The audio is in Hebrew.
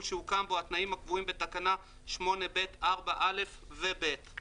שהוקם בו התנאים הקבועים בתקנה 8(ב)(4)(א) ו-(ב);